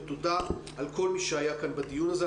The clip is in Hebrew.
תודה לכל מי שהיה כאן בדיון הזה,